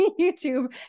youtube